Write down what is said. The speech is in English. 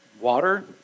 water